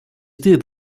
deed